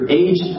age